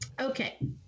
Okay